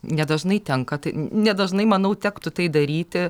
nedažnai tenka tai nedažnai manau tektų tai daryti